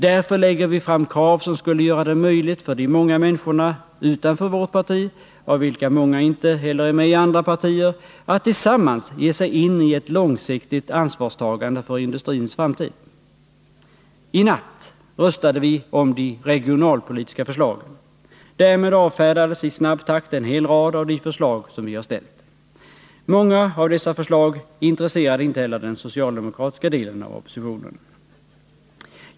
Därför lägger vi fram krav på åtgärder som skulle göra det möjligt för de många människorna utanför vårt parti, av vilka många inte heller är med i andra partier, att tillsammans ge sig in ett långsiktigt ansvarstagande för industrins framtid. 89 I natt röstade vi om de regionalpolitiska förslagen. Därmed avfärdades i snabb takt en hel rad av de förslag som vi har framställt. Många av dessa förslag intresserade inte heller den socialdemokratiska delen av oppositionen.